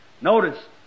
Notice